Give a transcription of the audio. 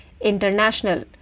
International